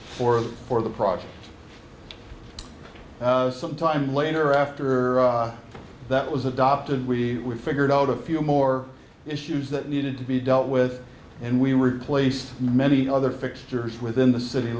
the for the project some time later after that was adopted we figured out a few more issues that needed to be dealt with and we replaced many other fixtures within the city